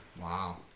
wow